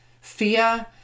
fear